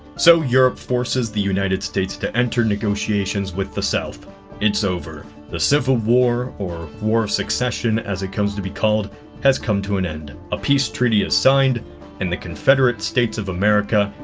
so europe forces the united states to enter negotiations with the south it's over the civil war, or war succession as it comes to be called has come to an end a peace treaty is signed and the confederate states of america,